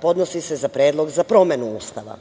podnosi se za predlog za promenu Ustava.